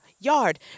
yard